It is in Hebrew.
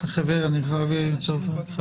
לנשים מוכות,